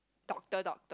doctor doctor